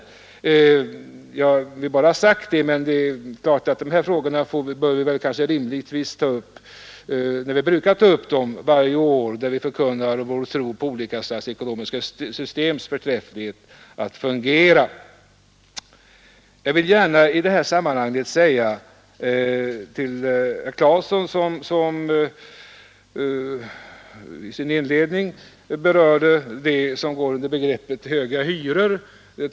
Jag vill bara ha det sagt, men dessa frågor bör vi kanske rimligtvis ta upp där vi brukar ta upp dem varje år då vi förkunnar vår tro på olika slags ekonomiska system och deras förträfflighet. Jag vill gärna i detta sammanhang bemöta herr Claeson, som i sin inledning berörde det som går under begreppet höga hyror.